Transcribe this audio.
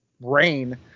rain